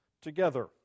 together